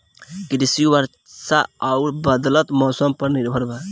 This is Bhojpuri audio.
कृषि वर्षा आउर बदलत मौसम पर निर्भर बा